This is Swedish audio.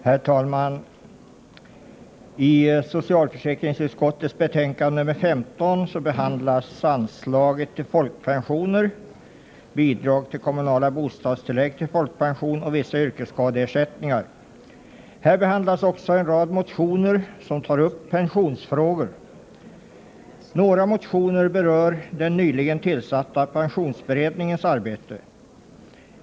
Herr talman! I socialförsäkringsutskottets betänkande nr 15 behandlas anslag till folkpensioner, bidrag till kommunala bostadstillägg till folkpension och vissa yrkesskadeersättningar. Här behandlas också en rad motioner, som tar upp pensionsfrågor. Några motioner berör den nyligen tillsatta pensionsberedningens arbete.